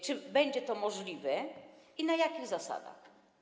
Czy będzie to możliwe i na jakich zasadach?